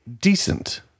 decent